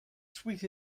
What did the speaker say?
sweet